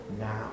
now